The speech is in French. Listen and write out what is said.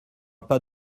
pas